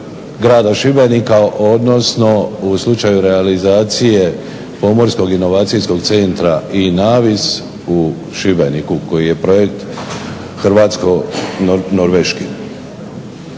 grada Šibenika, odnosno u slučaju realizacije Pomorskog inovacijskog centra INAVIS u Šibeniku koji je projekt hrvatsko-norveški.